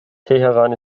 teheran